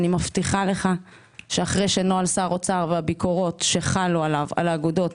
אני מבטיחה לך שאחרי שנוהל שר אוצר והביקורות שחלו עליו על האגודות,